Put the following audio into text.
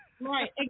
right